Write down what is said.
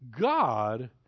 God